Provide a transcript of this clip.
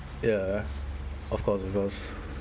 ya of course of course